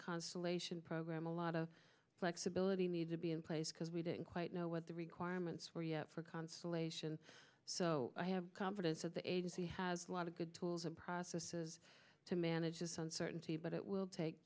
constellation program a lot of flexibility need to be in place because we didn't quite know what the requirements were yet for consolation so i have confidence that the agency has a lot of good tools and processes to manage this on certainty but it will take